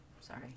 Sorry